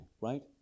right